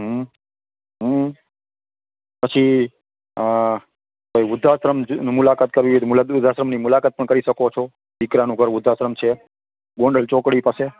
હં હં પછી કોઈ વૃદ્ધાશ્રમની મુલાકાત કરવી હોય તો વૃદ્ધાશ્રમની મુલાકાત પણ કરી શકો છો દીકરાનું ઘર વૃદ્ધાશ્રમ છે ગોંડલ ચોકડી પાસે